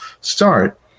start